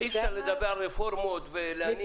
אי אפשר לדבר על רפורמות ולהניע